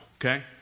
Okay